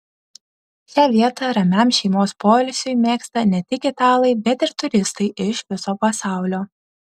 šią vietą ramiam šeimos poilsiui mėgsta ne tik italai bet ir turistai iš viso pasaulio